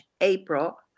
April